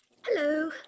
Hello